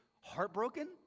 heartbroken